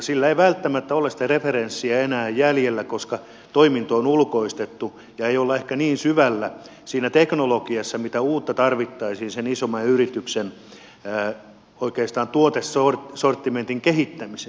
sillä ei välttämättä ole sitä referenssiä enää jäljellä koska toiminto on ulkoistettu eikä olla ehkä niin syvällä siinä teknologiassa mitä uutta tarvittaisiin sen isomman yrityksen oikeastaan tuotesortimentin kehittämiseen